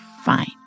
fine